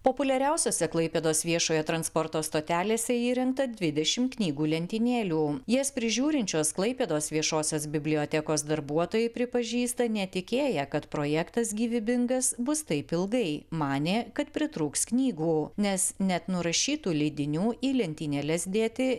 populiariausiose klaipėdos viešojo transporto stotelėse įrengta dvidešimt knygų lentynėlių jas prižiūrinčios klaipėdos viešosios bibliotekos darbuotojai pripažįsta netikėję kad projektas gyvybingas bus taip ilgai manė kad pritrūks knygų nes net nurašytų leidinių į lentynėles dėti